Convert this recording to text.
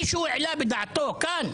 מישהו העלה בדעתו כאן